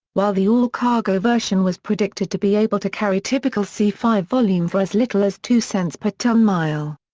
while the all-cargo version was predicted to be able to carry typical c five volume for as little as two cents per ton-mile.